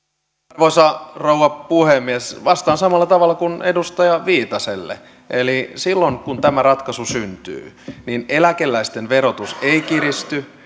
arvoisa rouva puhemies vastaan samalla tavalla kuin edustaja viitaselle eli silloin kun tämä ratkaisu syntyy eläkeläisten verotus ei kiristy